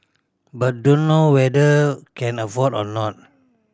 but dunno whether can afford or not